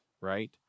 right